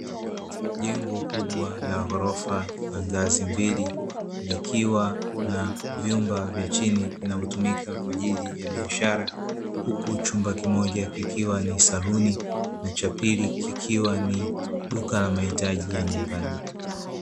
Jengo kubwa la ghorofa la ngazi mbili, likiwa na vyumba vya chini vinavyotumika kwa ajili ya biashara. Huku chumba kimoja kikiwa ni saluni na cha pili kikiwa ni duka la mahitaji ya nyumbani.